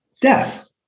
death